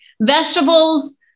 vegetables